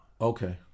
Okay